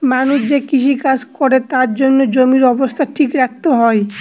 মানুষ যে কৃষি কাজ করে তার জন্য জমির অবস্থা ঠিক রাখতে হয়